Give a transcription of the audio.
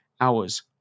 hours